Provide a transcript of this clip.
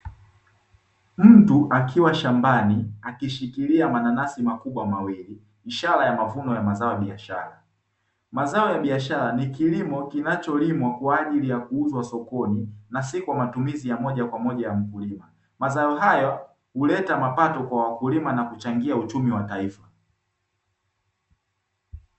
Mtu akiwa shambani akishikilia mananasi makubwa mawili ishara ya mavuno ya mazao ya biashara, mazao ya biashara ni kilimo kinacholimwa kwa ajili ya kuuzwa sokoni, na si kwa matumizi ya moja kwa moja kwa mkulima. Mazao hayo huleta mapato kwa wakulima na kuchangia uchumi wa taifa.